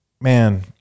man